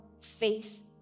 faith